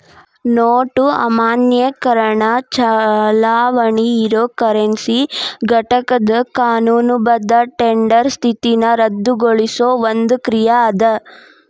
note ಅಮಾನ್ಯೇಕರಣ ಚಲಾವಣಿ ಇರೊ ಕರೆನ್ಸಿ ಘಟಕದ್ ಕಾನೂನುಬದ್ಧ ಟೆಂಡರ್ ಸ್ಥಿತಿನ ರದ್ದುಗೊಳಿಸೊ ಒಂದ್ ಕ್ರಿಯಾ ಅದ